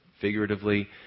figuratively